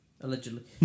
Allegedly